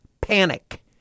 panic